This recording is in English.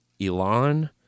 Elon